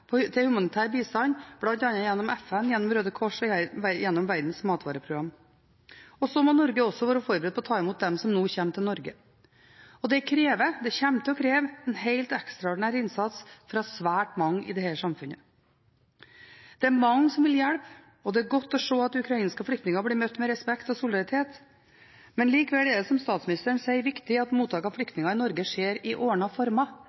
til humanitær bistand, bl.a. gjennom FN, gjennom Røde Kors og gjennom Verdens matvareprogram. Og så må Norge være forberedt på å ta imot de som nå kommer til Norge. Det kommer til å kreve en helt ekstraordinær innsats fra svært mange i dette samfunnet. Det er mange som vil hjelpe, og det er godt å se at ukrainske flyktninger blir møtt med respekt og solidaritet. Likevel er det, som statsministeren sier, viktig at mottak av flyktninger i